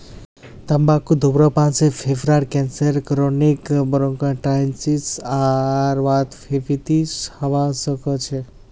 तंबाकू धूम्रपान से फेफड़ार कैंसर क्रोनिक ब्रोंकाइटिस आर वातस्फीति हवा सकती छे